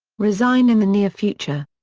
resign in the near future.